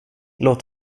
låt